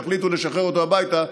יחליטו לשחרר אותו הביתה,